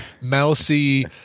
mousy